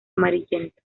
amarillento